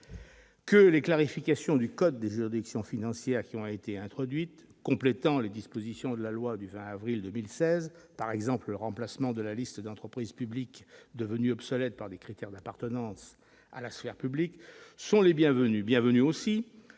les clarifications du code des juridictions financières qui ont été introduites, complétant les dispositions de la loi du 20 avril 2016, par exemple le remplacement de la liste d'entreprises publiques, devenue obsolète, par des critères d'appartenance à la sphère publique, sont les bienvenues.